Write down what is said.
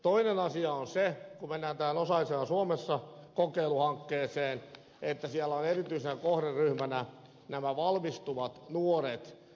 toinen asia on se kun mennään tähän osallisena suomessa kokeiluhankkeeseen että siellä on erityisenä kohderyhmänä valmistuvat nuoret